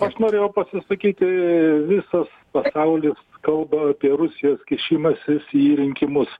aš norėjau pasisakyti visas pasaulis kalba apie rusijos kišimasis į rinkimus